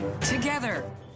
together